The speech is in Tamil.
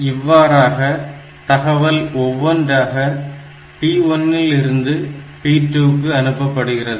இவ்வாறாக தகவல் ஒவ்வொன்றாக P1 இல் இருந்து P2 க்கு அனுப்பப்படுகிறது